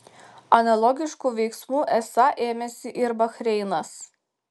analogiškų veiksmų esą ėmėsi ir bahreinas